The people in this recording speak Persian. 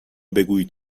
بگویید